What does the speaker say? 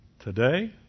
Today